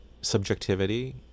subjectivity